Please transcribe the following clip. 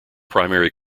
primary